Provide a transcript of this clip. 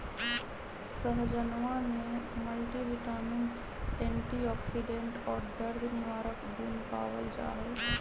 सहजनवा में multivitamins antioxidant और दर्द निवारक गुण पावल जाहई